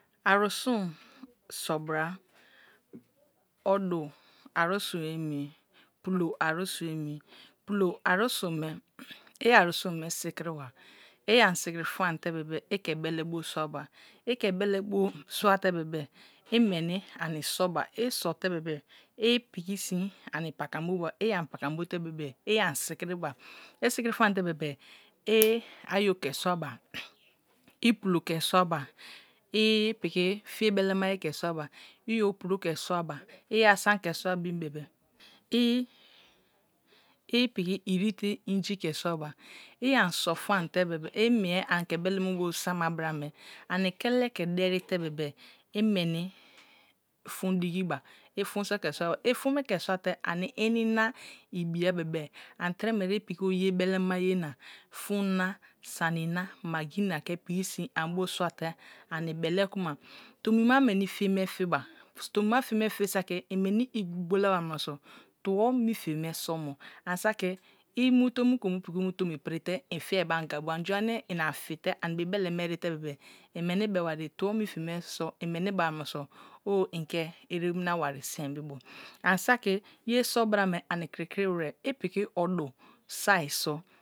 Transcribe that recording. Atu su̱n so boa oche aru su̱n emi pulo aru sun emi pulo arusu̱n me i arusur me sikiniwa i ani sleiri fonte bebe the bele bu sua bu, ike bek bo suate bebe i meni ani soba i sote bebe upiti shi ani patan boba i ani patkan bote bebe i am sikiniba isikin feite bebe i ayo ke suabai pulo be sua ba i pitu faye belemaye ke suaba i prins the suaba i sam ke suma bin be̱be̱ i piki iri te myi ke sua ba i ani so founte bebe umie ani ke bele me bo sama lora me ani kele ke deri te bebe romani frun digi bu, i fuum so the sua loa, i fun me ke suate ani inina ebiya sebe ani trère ipiki bo ye bek maye na fun na suma na maggi na be piki sin ani bu suate ani bele kuma tonic ma weni fiye me faber tomi feye tin saki imeni igbola munoso̱ tuo mi fiye me so̱mo ami saki imu te mu ke mu tomi prite infiebe anga bo anju ane i ani fete ani be bele me erite bebe imeni beware tno mi faye so̱? I meni be be wa mumo so̱ ó nae ete mina wasi sain bebo, an satii je so̱bra me ami kritkri woré ipiki odu so̱ai so̱.